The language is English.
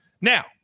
Now